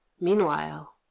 Meanwhile